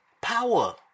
Power